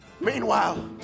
Meanwhile